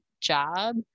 job